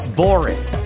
boring